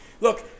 Look